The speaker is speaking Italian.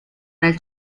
nel